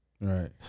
Right